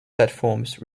platforms